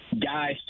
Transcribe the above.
guys